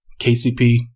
KCP